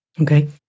Okay